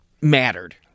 mattered